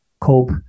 cope